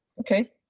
Okay